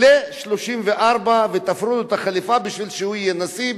ל-34 ותפרו את החליפה בשביל שהוא יהיה נשיא,